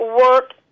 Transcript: work